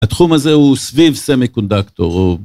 התחום הזה הוא סביב סמי קונדקטור.